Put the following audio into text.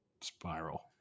spiral